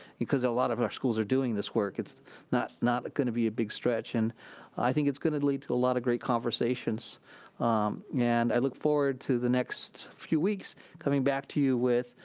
because a lot of our schools are doing this work it's not not gonna be a big stretch. and i think it's gonna lead to a lot of great conversations and i look forward to the next few weeks coming back to you with,